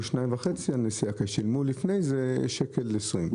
2.5 שקלים על נסיעה כשלפני כן הם שילמו 1.20 שקל.